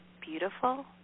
beautiful